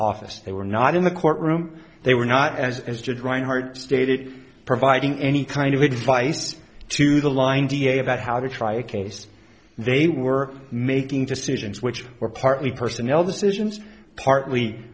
office they were not in the courtroom they were not as as judge reinhart stated providing any kind of advice to the line da about how to try a case they were making decisions which were partly personnel decisions